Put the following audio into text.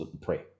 pray